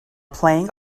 playing